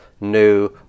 new